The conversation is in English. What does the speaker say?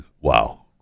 wow